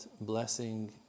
blessing